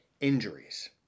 injuries